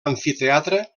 amfiteatre